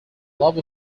love